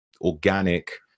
organic